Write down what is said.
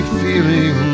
feeling